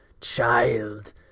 child